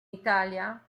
italia